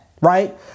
right